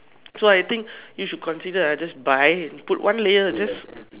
so I think you should consider uh just buy and put one layer just